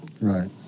Right